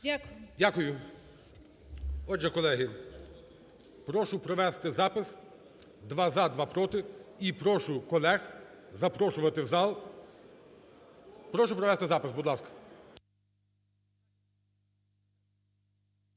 Дякую. Отже, колеги, прошу провести запис: два – за, два – проти. І прошу колег запрошувати в зал. Прошу провести запис, будь ласка.